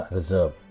Reserve